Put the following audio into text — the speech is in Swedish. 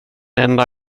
enda